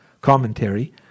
commentary